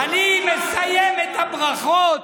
אני מסיים את הברכות